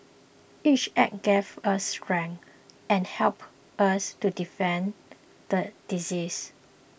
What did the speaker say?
each act gave us strength and helped us to defeat the disease